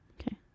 Okay